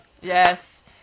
yes